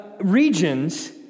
regions